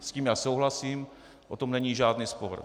S tím já souhlasím, o tom není žádný spor.